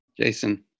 Jason